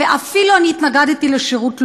ואפילו אני התנגדתי לשירות לאומי.